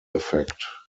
effect